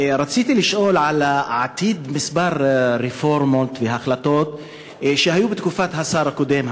רציתי לשאול על עתיד כמה רפורמות והחלטות שהיו בתקופת השר הקודם,